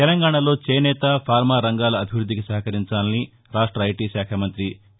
తెలంగాణాలో చేనేత ఫార్మా రంగాల అభివృద్దికి సహకరించాలని రాష్ట ఐటీశాఖా మంత్రి కే